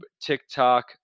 TikTok